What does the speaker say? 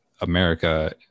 America